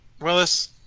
Willis